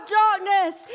darkness